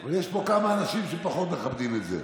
אבל יש פה כמה אנשים שפחות מכבדים את זה.